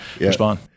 respond